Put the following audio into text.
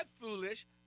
foolish